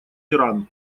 иран